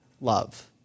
love